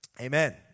amen